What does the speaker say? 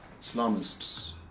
Islamists